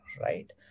right